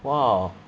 !wow!